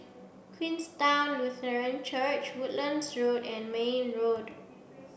Queenstown Lutheran Church Woodlands Road and Mayne Road